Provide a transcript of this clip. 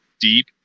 deep